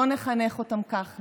לא נחנך אותם כך.